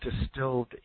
distilled